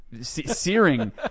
searing